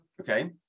Okay